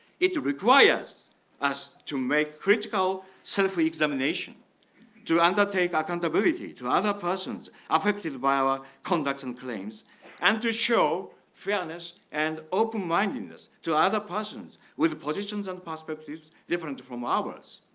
it requires us to make critical self-examination to undertake accountability to other persons affected by our conducting claims and to show fairness and open mindedness to other persons with positions and perspectives different from ours.